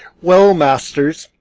well, masters,